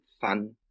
fun